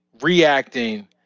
reacting